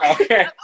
Okay